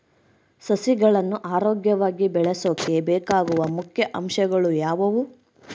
ಸಸಿಗಳನ್ನು ಆರೋಗ್ಯವಾಗಿ ಬೆಳಸೊಕೆ ಬೇಕಾಗುವ ಮುಖ್ಯ ಅಂಶಗಳು ಯಾವವು?